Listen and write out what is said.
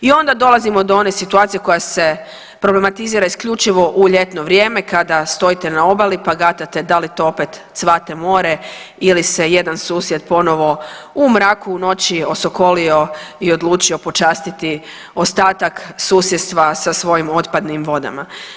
I onda dolazimo do one situacije koja se problematizira isključivo u ljetno vrijeme kada stojite na obali pa gatate da li to opet cvate more ili se jedan susjed ponovo u mraku, u noći osokolio i odlučio počastiti ostatak susjedstva sa svojim otpadnim vodama.